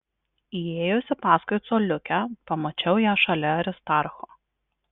įėjusi paskui coliukę pamačiau ją šalia aristarcho